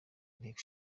inteko